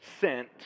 sent